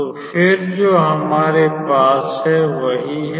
तो फिर जो हमारे पास है वही है